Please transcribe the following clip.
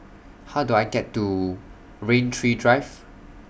How Do I get to Rain Tree Drive